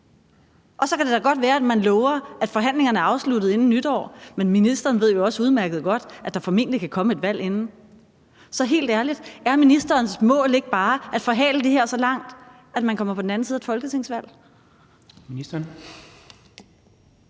Så kan det da godt være, at man lover, at forhandlingerne er afsluttet inden nytår, men ministeren ved jo også udmærket godt, at der formentlig kan komme et valg inden. Så helt ærligt: Er ministerens mål ikke bare at forhale det her så langt, at man kommer på den anden side af et folketingsvalg?